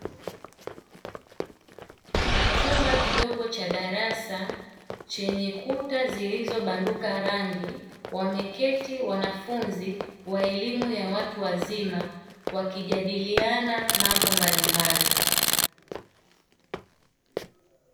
Chumba kidogo cha darasa chenye kuta zilizobanduka rangi, wameketi wanafunzi wa elimu ya watu wazima wakijadiliana mambo mbalimbali.